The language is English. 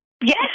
Yes